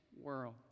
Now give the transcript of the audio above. world